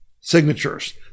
signatures